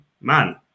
man